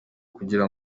kugira